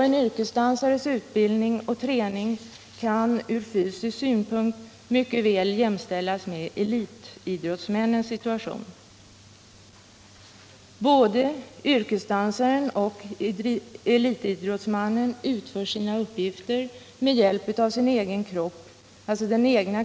En yrkesdansares utbildning och träning kan från fysisk synpunkt mycket väl jämställas med elitidrottsmannens situation. Både yrkesdansaren och elitidrottsmannen utför sin uppgift med sin egen kropp som verktyg.